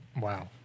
wow